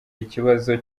ikibazo